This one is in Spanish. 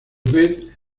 beth